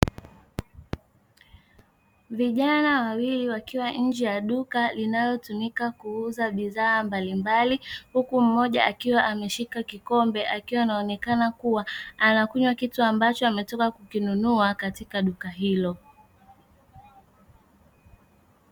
Vijana wawili wakiwa nje ya duka linalo tumika kuuza vifaa mbalimbali huku mmoja akiwa ameshika kikombe akiwa anaonekana kuwa anakunywa kitu ambacho ametoka kukinunua katika duka hilo.